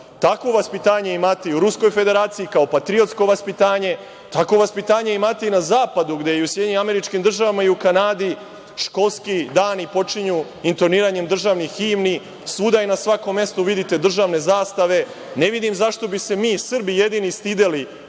Takvo vaspitanje imate i u Ruskoj Federaciji kao patriotsko vaspitanje. Tako vaspitanje imate i na zapadu, gde u SAD i u Kanadi školski dani počinju intoniranjem državnih himni, svuda i na svakom mestu vidite državne zastave. Ne vidim zašto bi se mi Srbi jedini stideli